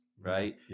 Right